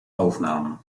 aufnahmen